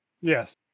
Yes